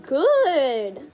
good